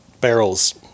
barrels